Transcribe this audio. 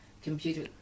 computer